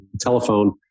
telephone